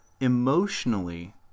emotionally